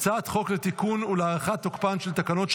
אני קובע כי הצעת החוק לתיקון פקודת בתי הסוהר (תיקון מס' 66,